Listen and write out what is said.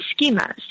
schemas